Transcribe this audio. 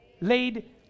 laid